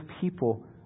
people